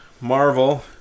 Marvel